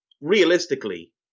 realistically